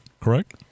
correct